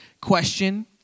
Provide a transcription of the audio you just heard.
question